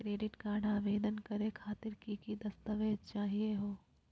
Credit card आवेदन करे खातिर की की दस्तावेज चाहीयो हो?